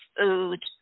food